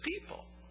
people